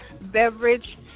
beverage